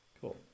Cool